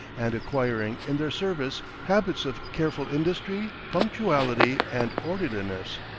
and acquiring in their service habits of careful industry, punctuality, and orderliness.